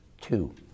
two